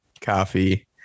coffee